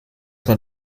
man